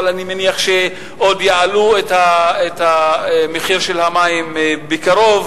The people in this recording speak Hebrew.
אבל אני מניח שעוד יעלו את המחיר של המים בקרוב.